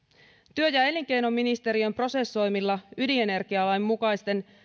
työ ja ja elinkeinoministeriön prosessoimilla ydinenergialain mukaisten